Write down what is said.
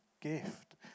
gift